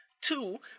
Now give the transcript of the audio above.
Two